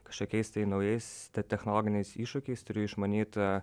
kažkokiais naujais technologiniais iššūkiais turiu išmanyt